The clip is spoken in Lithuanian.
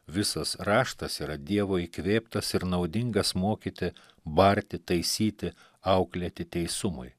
visas raštas yra dievo įkvėptas ir naudingas mokyti barti taisyti auklėti teisumui